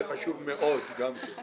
זה חשוב מאוד גם כן.